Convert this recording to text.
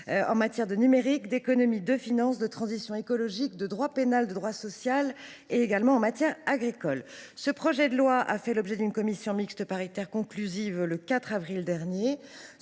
en matière de numérique, d’économie, de finances, de transition écologique, de droit pénal, de droit social et en matière agricole. Ce projet de loi a fait l’objet d’une commission mixte paritaire conclusive le 4 avril dernier,